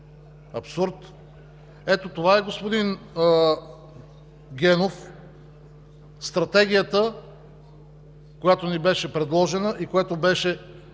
Абсурд! Ето това е, господин Генов, Стратегията, която ни беше предложена и с която беше заместена